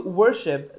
worship